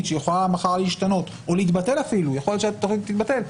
שיכולה מחר להשתנות או אפילו להתבטל יכול להיות שהתכנית תתבטל,